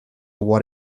what